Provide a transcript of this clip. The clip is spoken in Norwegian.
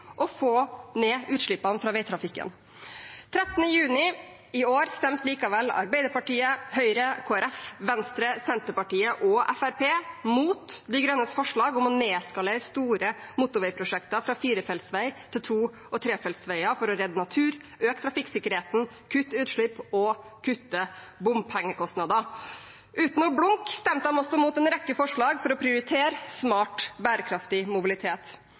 å få ned utslippene fra veitrafikken. Den 13. juni i år stemte likevel Arbeiderpartiet, Høyre, Kristelig Folkeparti, Venstre, Senterpartiet og Fremskrittspartiet mot Miljøpartiet De Grønnes forslag om å nedskalere store motorveiprosjekter fra firefeltsvei til to- og trefeltsveier for å redde natur, øke trafikksikkerheten, kutte utslippene og kutte bompengekostnadene. Uten å blunke stemte de også mot en rekke forslag for å prioritere smart, bærekraftig mobilitet.